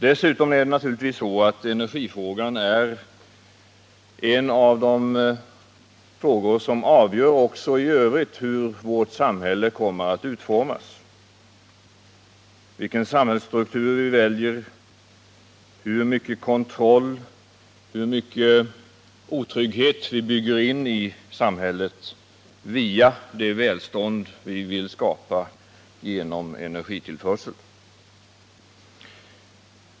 Dessutom är naturligtvis energifrågan en av de frågor som också i övrigt starkt påverkar hur vårt samhälle kommer att utformas. Vår samhällsstruktur påverkas, samhällsutvecklingen blir beroende av hur mycket av kontroll och otrygghet vi bygger in i samhället via det materiella välstånd vi vill skapa genom energitillförsel.